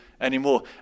anymore